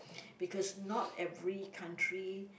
because not every country